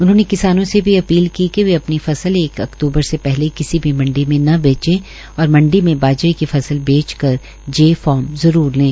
उन्होंने किसानों से भी अपील की कि वे अपनी फसल एक अक्तूबर से पहले किसी भी मंडी में न बेचें और मंडी में बाजरे की फसल बेच कर जे फार्म जरुर लें